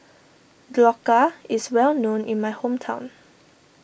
Dhokla is well known in my hometown